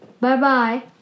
bye-bye